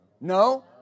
No